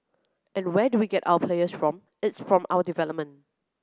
and where do we get our players from it's from our development